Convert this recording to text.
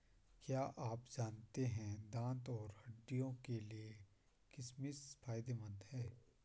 क्या आप जानते है दांत और हड्डियों के लिए किशमिश फायदेमंद है?